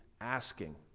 asking